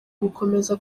gukomeza